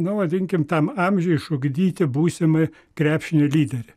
na vadinkim tam amžiui išugdyti būsimai krepšinio lyderį